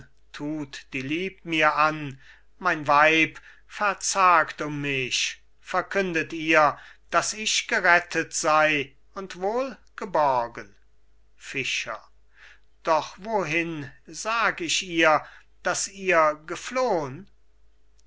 die lieb mir an mein weib verzagt um mich verkündet ihr dass ich gerettet sei und wohlgeborgen fischer doch wohin sag ich ihr dass ihr geflohn